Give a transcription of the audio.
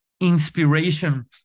Inspiration